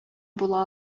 була